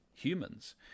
Humans